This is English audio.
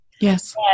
Yes